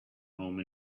home